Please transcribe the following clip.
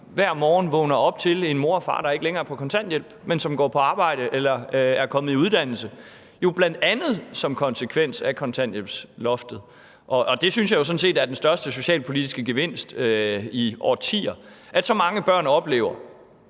hver morgen vågner op til en mor og far, der ikke længere er på kontanthjælp, men som går på arbejde eller er kommet i uddannelse. Det er jo bl.a. en konsekvens af kontanthjælpsloftet. Det synes jeg jo sådan set er den største socialpolitiske gevinst i årtier, nemlig at så mange børn oplever,